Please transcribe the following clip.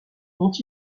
dont